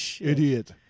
idiot